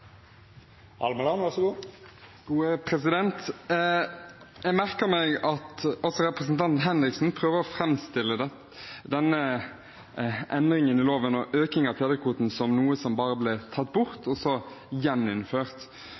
Jeg merker meg at representanten Henriksen prøver å framstille denne endringen i loven og økningen av fedrekvoten som noe som bare ble tatt bort, og så gjeninnført.